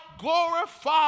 glorify